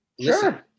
Sure